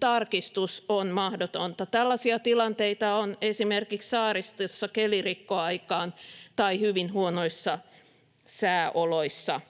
tarkistus on mahdotonta. Tällaisia tilanteita on esimerkiksi saaristossa kelirikkoaikaan tai hyvin huonoissa sääoloissa.